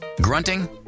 grunting